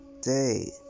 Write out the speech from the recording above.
day